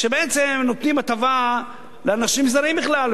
שבעצם נותנים הטבה לאנשים זרים בכלל,